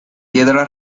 piedra